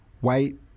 white